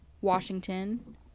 Washington